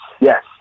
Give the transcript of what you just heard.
yes